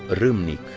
ah rimnic!